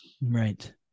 Right